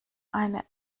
eine